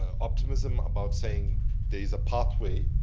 ah optimism about saying there is a pathway,